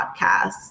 Podcasts